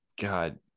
god